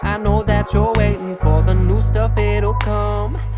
and know that you're waiting for the new stuff, it'll come.